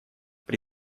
при